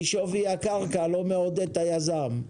כי שווי הקרקע לא מעודד את היזם.